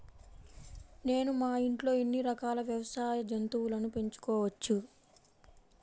నేను మా ఇంట్లో ఎన్ని రకాల వ్యవసాయ జంతువులను పెంచుకోవచ్చు?